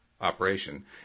operation